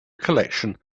collection